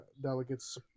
Delegates